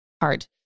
hard